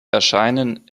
erscheinen